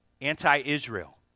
anti-Israel